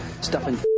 stuffing